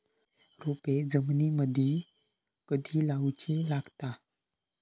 रोपे जमिनीमदि कधी लाऊची लागता?